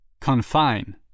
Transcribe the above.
Confine